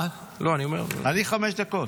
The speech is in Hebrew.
אני, חמש דקות.